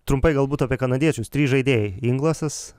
trumpai galbūt apie kanadiečius trys žaidėjai inglasas